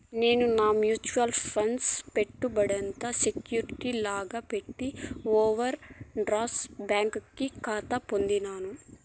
నేను నా mutual funds దొడ్డంత సెక్యూరిటీ లాగా పెట్టి ఓవర్ డ్రాఫ్ట్ బ్యాంకి కాతా పొందినాను